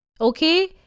Okay